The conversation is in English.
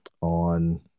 on